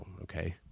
okay